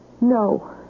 No